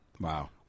Wow